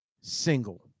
single